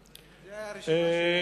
תודה רבה.